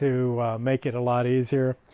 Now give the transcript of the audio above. to make it a lot easier.